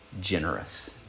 generous